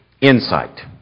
insight